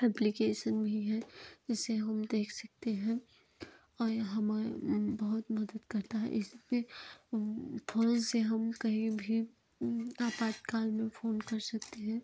application भी हैं इसे हम देख सकते हैं और हमारे में बहुत मदद करता है इसलिए फ़ोन से हम कहीं भी आपातकाल में फ़ोन कर सकते हैं